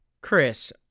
Chris